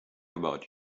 about